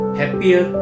happier